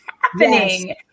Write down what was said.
happening